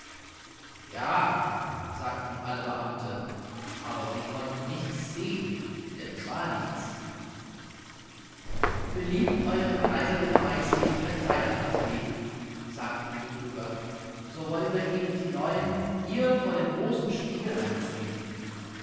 ja sagten alle beamte aber sie konnten nichts sehen denn es war nichts belieben ew kaiserliche majestät ihre kleider abzulegen sagten die betrüger so wollen wir ihnen die neuen hier vor dem großen spiegel anziehen